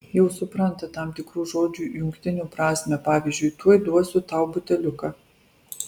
jau supranta tam tikrų žodžių jungtinių prasmę pavyzdžiui tuoj duosiu tau buteliuką